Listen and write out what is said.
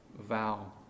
vow